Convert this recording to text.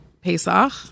Pesach